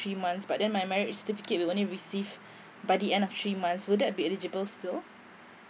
three months but then my marriage certificate will only receive by the end of three months will that be eligible still